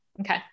okay